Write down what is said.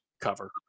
cover